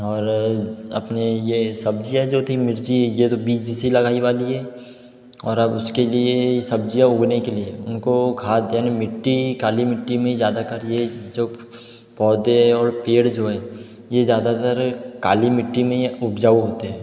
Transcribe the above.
और अपने ये सब्जियां जो थी मिर्ची बीज सी लगाई वाली है और अब उसके लिए सब्जियां उगने के लिए उनको खाद देने मिट्टी काली मिट्टी में ज़्यादा करिए जो पौधे और पेड़ जो हैं ये ज़्यादातर काली मिट्टी में ही उपजाऊ होते हैं